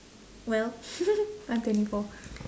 well I'm twenty four